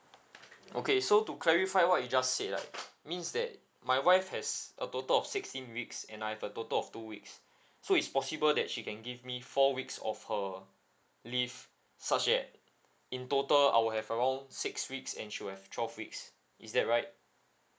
okay so to clarify what you just said right means that my wife has a total of sixteen weeks and I have a total of two weeks so is possible that she can give me four weeks of her leave such that in total I will have around six weeks and she will have twelve weeks is that right